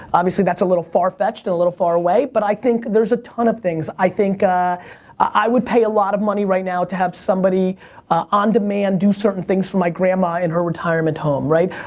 obviously that's a little farfetched and a little faraway, but i think there's a ton of things. i think i would pay a lot of money right now to have somebody on demand do certain things for my grandma in her retirement home, right?